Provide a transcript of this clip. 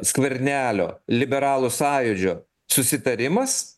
skvernelio liberalų sąjūdžio susitarimas